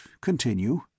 continue